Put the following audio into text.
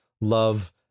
Love